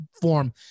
form